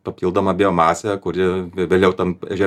papildomą biomasę kuri vė vėliau tam ežere